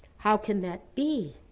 how can that be?